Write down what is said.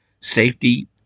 safety